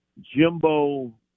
Jimbo